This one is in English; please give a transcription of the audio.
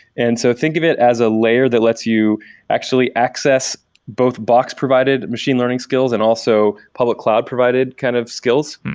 and so think of it as a layer that lets you actually access both box-provided machine learning skills and also public cloud provided kind of skills.